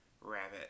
rabbit